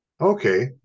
Okay